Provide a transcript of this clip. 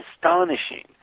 astonishing